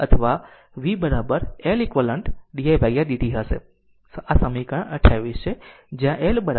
તેથી તે didt or v L eq didt હશે આ સમીકરણ 28 છે